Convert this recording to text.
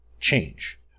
change